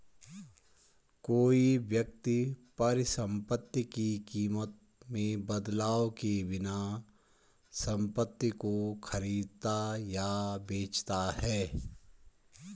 कोई व्यक्ति परिसंपत्ति की कीमत में बदलाव किए बिना संपत्ति को खरीदता या बेचता है